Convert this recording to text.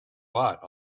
bought